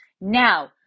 Now